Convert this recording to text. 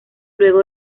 luego